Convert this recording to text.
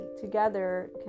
together